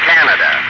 Canada